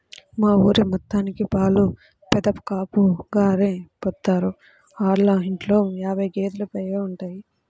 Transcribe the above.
మా ఊరి మొత్తానికి పాలు పెదకాపుగారే పోత్తారు, ఆళ్ళ ఇంట్లో యాబై గేదేలు పైగా ఉంటయ్